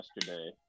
yesterday